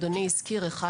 אדוני הזכיר אחד,